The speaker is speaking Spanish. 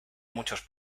muchos